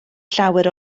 llawer